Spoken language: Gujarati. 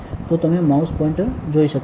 તો તમે માઉસ પોઇન્ટર જોઈ શકો છો